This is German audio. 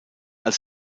als